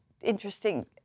Interesting